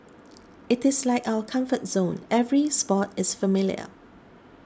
it is like our comfort zone every spot is familiar